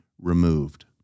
removed